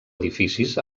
edificis